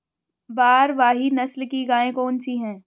भारवाही नस्ल की गायें कौन सी हैं?